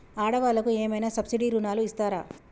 ఆడ వాళ్ళకు ఏమైనా సబ్సిడీ రుణాలు ఇస్తారా?